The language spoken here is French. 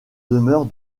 demeure